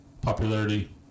popularity